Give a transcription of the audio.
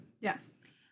Yes